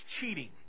cheating